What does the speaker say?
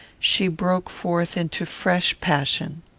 she broke forth into fresh passion.